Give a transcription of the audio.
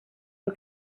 you